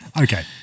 Okay